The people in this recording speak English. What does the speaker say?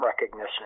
recognition